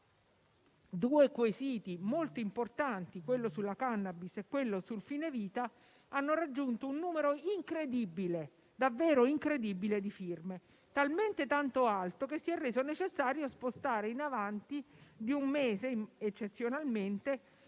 due quesiti molto importanti - quello sulla *cannabis* e quello sul fine vita - hanno raggiunto un numero davvero incredibile di firme, talmente tanto alto che si è reso necessario spostare in avanti di un mese eccezionalmente